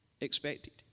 expected